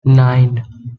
nine